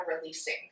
releasing